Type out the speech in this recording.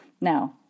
Now